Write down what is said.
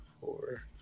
four